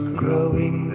growing